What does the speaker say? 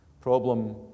problem